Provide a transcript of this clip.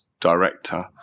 director